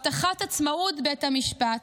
הבטחת עצמאות בית המשפט,